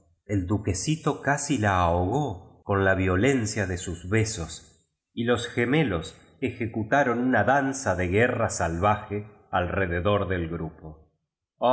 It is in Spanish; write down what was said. el nquesito casi la aliogó con la violeuciii de k ih besos y jos gemelos ejecutaron min danza de guírta salvaje alrededor de gnipo